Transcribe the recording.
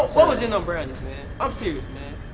what was in them brownies man? i'm serious man.